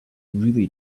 really